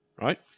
right